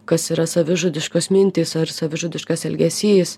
kas yra savižudiškos mintys ar savižudiškas elgesys